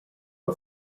una